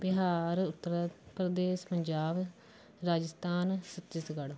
Bihar Uttar Pradesh Punjab Rajasthan Chhattisgarh